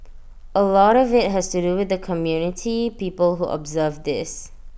A lot of IT has to do with the community people who observe this